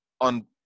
on